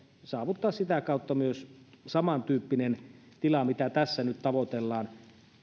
saavuttaa sitä kautta myös saman tyyppinen tila mitä tässä nyt tavoitellaan